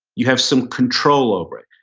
you have some control over it.